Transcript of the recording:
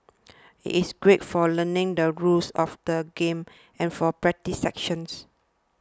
it is great for learning the rules of the game and for practice sessions